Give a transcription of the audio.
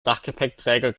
dachgepäckträger